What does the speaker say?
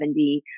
70